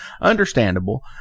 understandable